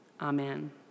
Amen